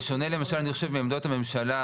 בשונה למשל מעמדות הממשלה,